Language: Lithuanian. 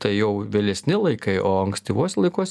tai jau vėlesni laikai o ankstyvuos laikuos